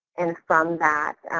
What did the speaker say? and from that,